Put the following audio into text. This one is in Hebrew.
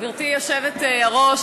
גברתי היושבת-ראש,